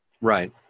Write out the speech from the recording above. Right